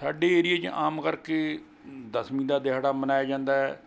ਸਾਡੇ ਏਰੀਏ 'ਚ ਆਮ ਕਰਕੇ ਦਸਮੀ ਦਾ ਦਿਹਾੜਾ ਮਨਾਇਆ ਜਾਂਦਾ ਹੈ